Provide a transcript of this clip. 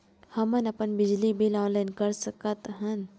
हमन अपन बिजली बिल ऑनलाइन कर सकत हन?